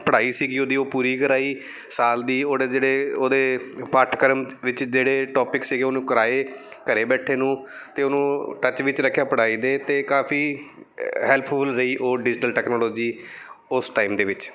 ਪੜ੍ਹਾਈ ਸੀਗੀ ਉਹਦੀ ਉਹ ਪੂਰੀ ਕਰਵਾਈ ਸਾਲ ਦੀ ਉਹਦੇ ਜਿਹੜੇ ਉਹਦੇ ਪਾਠਕ੍ਰਮ ਵਿੱਚ ਜਿਹੜੇ ਟੋਪਿਕਸ ਸੀਗੇ ਉਹਨੂੰ ਕਰਵਾਏ ਘਰ ਬੈਠੇ ਨੂੰ ਅਤੇ ਉਹਨੂੰ ਟੱਚ ਵਿੱਚ ਰੱਖਿਆ ਪੜ੍ਹਾਈ ਦੇ ਅਤੇ ਕਾਫੀ ਹੈਲਪਫੁਲ ਰਹੀ ਉਹ ਡਿਜੀਟਲ ਟੈਕਨੋਲੋਜੀ ਉਸ ਟਾਈਮ ਦੇ ਵਿੱਚ